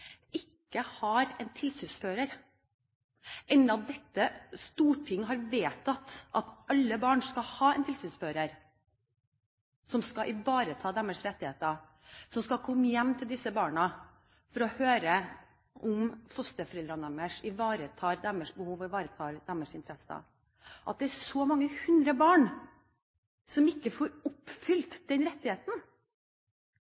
ikke har en tilsynsfører, enda dette storting har vedtatt at alle barn skal ha en tilsynsfører som skal ivareta deres rettigheter, og som skal komme hjem til disse barna for å høre om fosterforeldrene deres ivaretar deres behov og ivaretar deres interesser. At det er så mange hundre barn som ikke får oppfylt